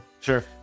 Sure